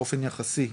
באופן יחסי,